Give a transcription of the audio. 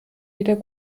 wieder